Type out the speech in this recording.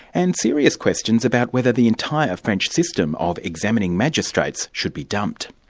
and serious questions about whether the entire french system of examining magistrates should be dumped.